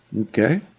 Okay